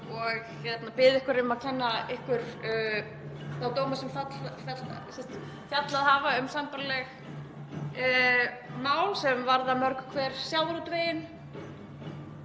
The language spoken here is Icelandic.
og bið ykkur um að kynna ykkur þá dóma sem fjallað hafa um sambærileg mál sem varða mörg hver sjávarútveginn.